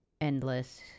endless